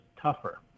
tougher